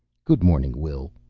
good morning, will,